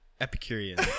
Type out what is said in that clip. Epicurean